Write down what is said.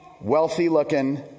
wealthy-looking